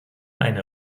eine